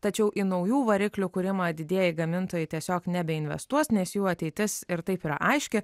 tačiau į naujų variklių kūrimą didieji gamintojai tiesiog nebeinvestuos nes jų ateitis ir taip yra aiški